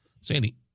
sandy